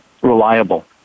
reliable